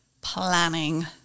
planning